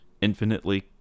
infinitely